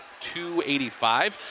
285